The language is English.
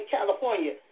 California